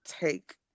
take